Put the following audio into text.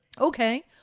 Okay